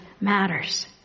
matters